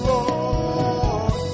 Lord